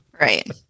Right